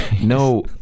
no